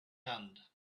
hand